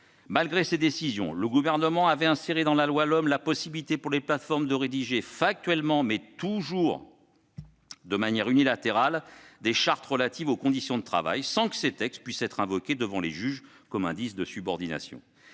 leurs travailleurs, le Gouvernement a inscrit dans la LOM la possibilité pour les plateformes de rédiger, factuellement, mais toujours de manière unilatérale, des chartes relatives aux conditions de travail sans que ces textes puissent être invoqués devant les juges comme indices de subordination.